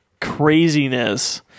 craziness